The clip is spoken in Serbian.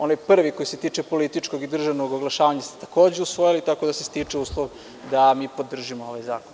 Onaj prvi koji se tiče političkog i državnog oglašavanja ste takođe usvojili, tako da se stiče uslov da mi podržimo ovaj zakon.